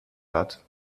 hat